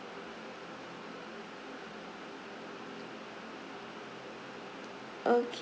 okay